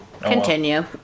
Continue